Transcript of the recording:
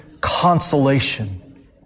consolation